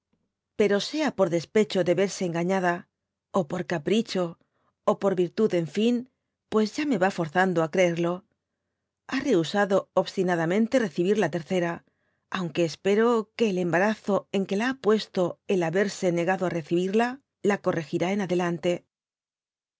pero sea por despecho de verse engaüada ó por capridio ó por virtud enfin paes ya me va forzando á creerlo ha rehusado obstinadamente recibir la tercera aunque espero que el embarazo en que la ha puesto el haberse negado i recibirla la corrigirá en adelante